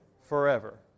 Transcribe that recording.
forever